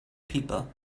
people